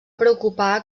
preocupar